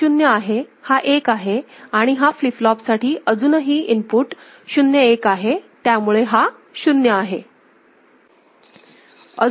तर हा शून्य आहे हा एक आहे आणि ह्या फ्लिप फ्लॉप साठी अजूनही इनपुट 0 1 आहे त्यामुळे हा शून्य आहे